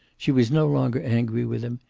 she was no longer angry with him.